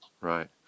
right